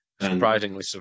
Surprisingly